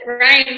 Ryan